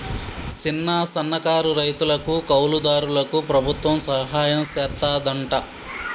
సిన్న, సన్నకారు రైతులకు, కౌలు దారులకు ప్రభుత్వం సహాయం సెత్తాదంట